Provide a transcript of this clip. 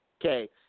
okay